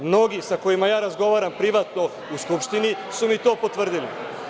Mnogi sa kojima ja razgovaram privatno u Skupštini su mi to potvrdili.